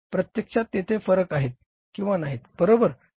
प्रत्यक्षात तेथे फरक आहेत किंवा नाहीत बरोबर